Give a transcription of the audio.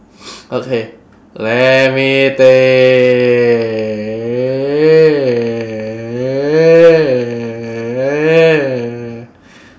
okay let me think